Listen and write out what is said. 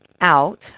out